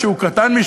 שהיה כל כך גדול,